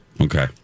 Okay